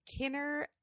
Kinner